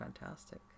fantastic